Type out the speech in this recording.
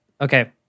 Okay